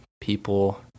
people